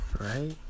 Right